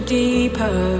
deeper